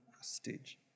stage